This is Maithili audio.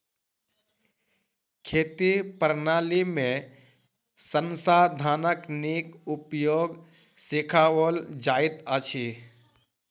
खेती प्रणाली में संसाधनक नीक उपयोग सिखाओल जाइत अछि